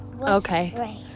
okay